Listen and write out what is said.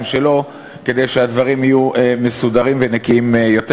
שלו כדי שהדברים יהיו מסודרים ונקיים יותר,